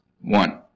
One